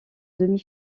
demi